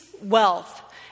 wealth